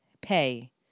pay